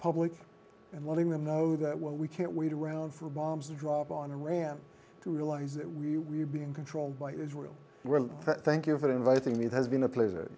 public and letting them know that we can't wait around for bombs drop on iran to realize that we we're being controlled by israel thank you for inviting me it has been a pleasure